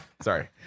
Sorry